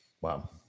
Wow